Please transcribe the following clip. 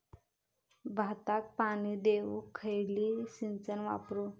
भाताक पाणी देऊक खयली सिंचन वापरू?